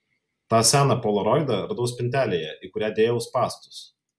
tą seną polaroidą radau spintelėje į kurią dėjau spąstus